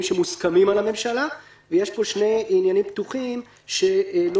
שמוסכמים על הממשלה ויש פה שני עניינים פתוחים שלא